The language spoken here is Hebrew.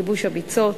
ייבוש הביצות,